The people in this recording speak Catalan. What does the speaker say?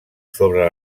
sobre